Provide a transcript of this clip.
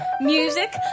Music